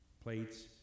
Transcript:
plates